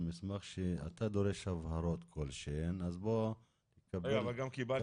מסמך שאתה דורש הבהרות כלשהן --- סגן שר במשרד